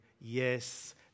yes